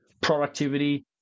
productivity